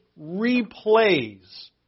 replays